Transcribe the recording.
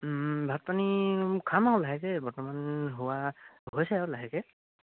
ভাত পানী খাম আৰু লাহেকৈ বৰ্তমান হোৱা হৈছে আৰু লাহেকৈ